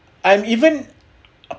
I'm even